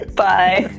bye